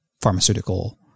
pharmaceutical